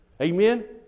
Amen